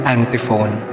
Antiphon